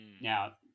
Now